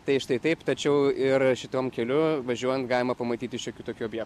tai štai taip tačiau ir šituom keliu važiuojant galima pamatyti šiokių tokių obje